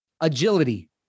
agility